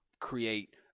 create